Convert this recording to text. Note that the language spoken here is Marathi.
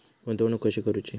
गुंतवणूक कशी करूची?